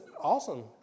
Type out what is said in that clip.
awesome